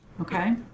Okay